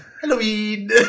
Halloween